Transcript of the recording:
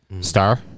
Star